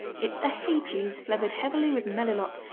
it's a hay cheese, flavored heavily with melilot,